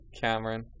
Cameron